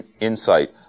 insight